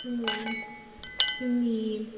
जोङो जोंनि